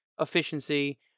efficiency